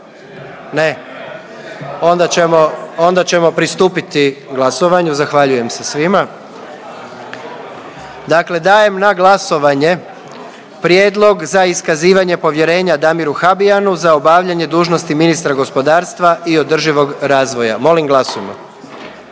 Ne. Onda ćemo pristupiti glasovanju. Zahvaljujem se svima. Dakle, dajem na glasovanje Prijedlog za iskazivanje povjerenja Damiru Habijanu za obavljanje dužnosti ministra gospodarstva i održivog razvoja. Molim glasujmo.